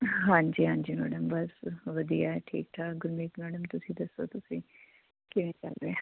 ਹਾਂਜੀ ਹਾਂਜੀ ਮੈਡਮ ਬਸ ਵਧੀਆ ਠੀਕ ਠਾਕ ਗੁਰਮੀਤ ਮੈਡਮ ਤੁਸੀਂ ਦੱਸੋ ਤੁਸੀਂ ਕੀ ਕਰਦੇ